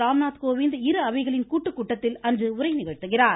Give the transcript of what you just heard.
ராம்நாத் கோவிந் இருஅவைகளின் கூட்டுக் கூட்டதில் அன்று உரை நிகழ்த்துகிறார்